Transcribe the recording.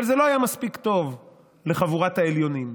אבל זה לא היה מספיק טוב לחבורת העליונים.